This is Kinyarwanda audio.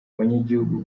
abanyagihugu